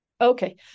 Okay